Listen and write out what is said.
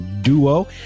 duo